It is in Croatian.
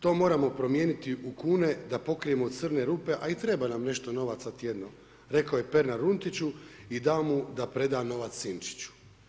To moramo promijeniti u kune da pokrijemo crne rupe, a i treba nam nešto novaca tjedno, rekao je Pernar Runtiću i dao mu da preda novac Sinčiću.